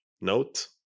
note